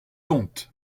dont